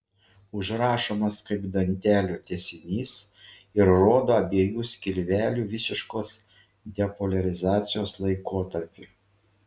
užrašomas kaip dantelio tęsinys ir rodo abiejų skilvelių visiškos depoliarizacijos laikotarpį